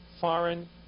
foreign